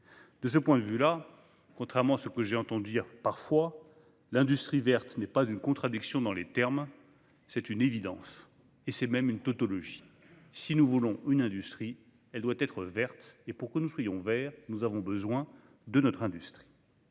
De ce point de vue, contrairement à ce que j'ai entendu dire parfois, l'industrie verte n'est pas une contradiction dans les termes : c'est une évidence et même une tautologie. Si nous voulons une industrie, elle doit être verte et, pour que nous soyons verts, nous avons besoin de notre industrie.